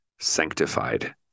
sanctified